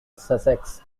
sussex